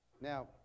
now